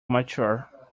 mature